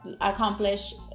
accomplish